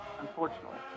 unfortunately